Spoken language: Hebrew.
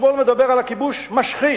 השמאל מדבר על הכיבוש, משחית.